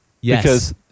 Yes